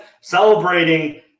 celebrating